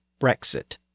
Brexit